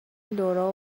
لورا